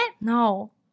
No